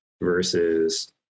versus